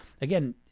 again